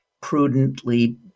prudently